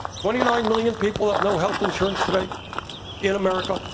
twenty-nine million people have no health insurance today in america.